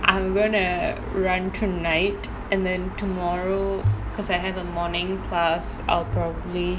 I'm going to run tonight and then tomorrow because I have a morning class I'll probably